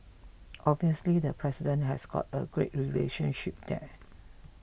obviously the president has got a great relationship there